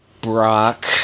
Brock